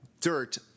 dirt